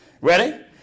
Ready